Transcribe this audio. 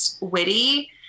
witty